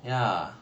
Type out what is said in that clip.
ya